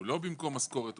הוא לא במקום משכורת,